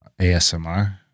ASMR